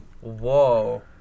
whoa